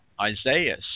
Isaiah